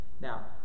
Now